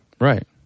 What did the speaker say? Right